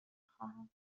خواهم